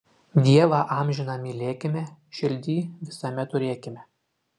dievą amžiną mylėkime širdyj visame turėkime